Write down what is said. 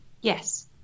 Yes